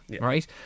Right